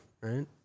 right